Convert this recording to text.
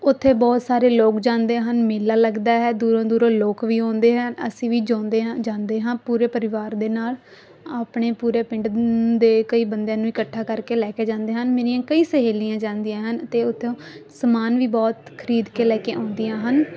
ਉੱਥੇ ਬਹੁਤ ਸਾਰੇ ਲੋਕ ਜਾਂਦੇ ਹਨ ਮੇਲਾ ਲੱਗਦਾ ਹੈ ਦੂਰੋਂ ਦੂਰੋਂ ਲੋਕ ਵੀ ਆਉਂਦੇ ਹਨ ਅਸੀਂ ਵੀ ਜਿਉਂਦੇ ਹਾਂ ਜਾਂਦੇ ਹਾਂ ਪੂਰੇ ਪਰਿਵਾਰ ਦੇ ਨਾਲ ਆਪਣੇ ਪੂਰੇ ਪਿੰਡ ਦੇ ਕਈ ਬੰਦਿਆਂ ਨੂੰ ਇਕੱਠਾ ਕਰਕੇ ਲੈ ਕੇ ਜਾਂਦੇ ਹਨ ਮੇਰੀਆਂ ਕਈ ਸਹੇਲੀਆਂ ਜਾਂਦੀਆਂ ਹਨ ਅਤੇ ਉਥੋਂ ਸਮਾਨ ਵੀ ਬਹੁਤ ਖਰੀਦ ਕੇ ਲੈ ਕੇ ਆਉਂਦੀਆਂ ਹਨ